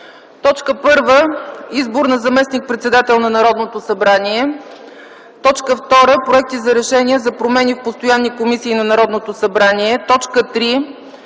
съвет: 1. Избор на заместник-председател на Народното събрание. 2. Проекти за решения за промени в постоянни комисии на Народното събрание. 3.